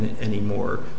anymore